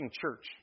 church